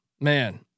man